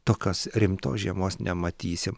tokios rimtos žiemos nematysim